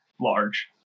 large